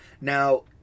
now